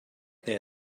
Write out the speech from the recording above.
there